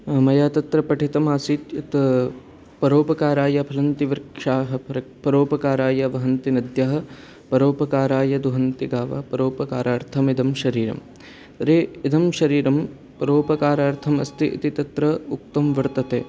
मया तत्र पठितम् आसीत् यत् परोपकाराय फलन्ति वृक्षाः परोपकाराय वहन्ति नद्यः परोपकाराय दुहन्ति गावः परोपकारार्थम् इदं शरीरं तर्हि इदं शरीरं परोपकारार्थम् अस्ति इति तत्र उक्तं वर्तते